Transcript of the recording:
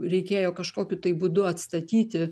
reikėjo kažkokiu tai būdu atstatyti